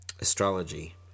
astrology